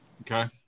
Okay